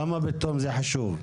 למה פתאום זה חשוב?